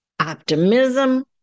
Optimism